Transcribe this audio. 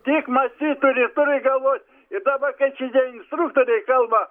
tik mąstyt turi turi galvo ir dabar kai čia tie instruktoriai kalba